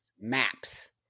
maps